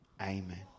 Amen